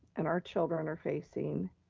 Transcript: and our children are facing,